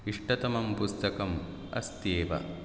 इष्टतमं पुस्तकम् अस्त्येव